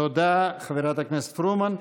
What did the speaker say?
תודה, חברת הכנסת פרומן.